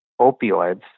opioids